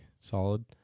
solid